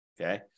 okay